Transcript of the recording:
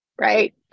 Right